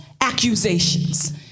accusations